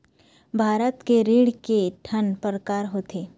भारत के ऋण के ठन प्रकार होथे?